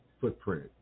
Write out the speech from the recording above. footprint